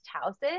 houses